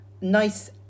nice